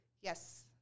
Yes